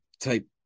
type